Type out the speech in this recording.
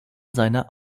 seiner